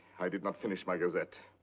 i did not finish my gazette.